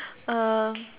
um